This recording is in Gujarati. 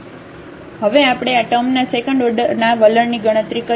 તેથી હવે આપણે આ ટર્મના સેકન્ડ ઓર્ડરના વલણની ગણતરી કરીશું